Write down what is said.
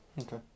Okay